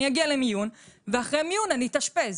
אני אגיע למיון ואחרי מיון אני אתאשפז.